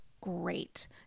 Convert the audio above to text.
great